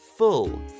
Full